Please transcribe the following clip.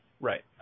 Right